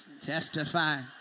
Testify